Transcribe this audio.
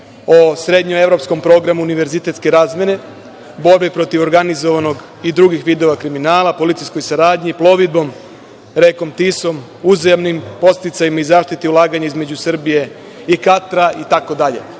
o srednjoevropskom programu univerzitetske razmene, borbi protiv organizovanog i drugih vidova kriminala, policijskoj saradnji, plovidbom rekom Tisom, uzajamnim podsticajima i zaštiti ulaganja između Srbije i Katra